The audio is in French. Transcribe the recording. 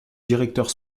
directeur